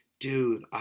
Dude